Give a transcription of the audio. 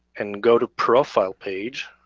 and go to profile page,